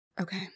Okay